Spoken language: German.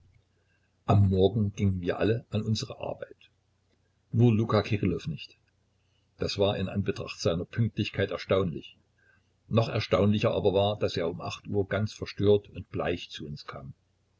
am morgen gingen wir alle an unsere arbeit nur luka kirillow nicht das war in anbetracht seiner pünktlichkeit erstaunlich noch erstaunlicher aber war daß er um acht uhr ganz verstört und bleich zu uns kam